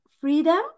freedom